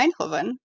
eindhoven